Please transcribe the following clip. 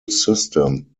system